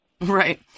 Right